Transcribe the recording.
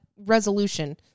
resolution